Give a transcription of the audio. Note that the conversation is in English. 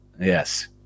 Yes